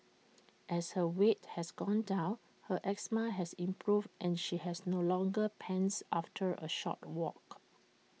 as her weight has gone down her asthma has improved and she has no longer pants after A short walk